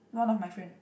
one of my friend